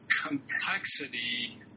complexity